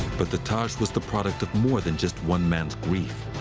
but the taj was the product of more than just one man's grief.